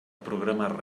programar